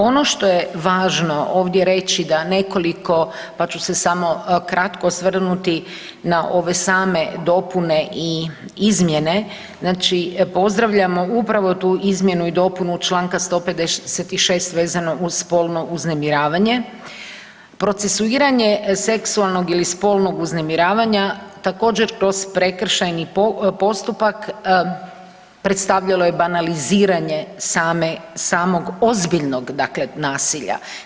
Ono što je važno ovdje reći, da nekoliko, pa ću se samo kratko osvrnuti na ove same dopune i izmjene, znači pozdravljamo upravo tu izmjenu i dopunu čl. 156 vezano uz spolno uznemiravanje, procesuiranje seksualnog ili spolnog uznemiravanja, također kroz prekršajni postupak predstavljalo je banaliziranje samog ozbiljnog dakle, nasilja.